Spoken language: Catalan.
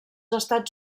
estats